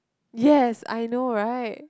yes I know right